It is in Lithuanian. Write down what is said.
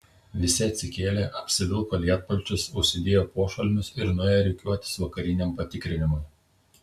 visi atsikėlė apsivilko lietpalčius užsidėjo pošalmius ir nuėjo rikiuotis vakariniam patikrinimui